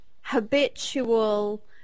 habitual